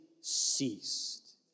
ceased